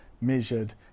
measured